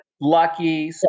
lucky